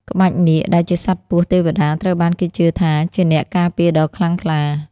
ក្បាច់នាគដែលជាសត្វពស់ទេវតាត្រូវបានគេជឿថាជាអ្នកការពារដ៏ខ្លាំងក្លា។